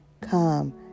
come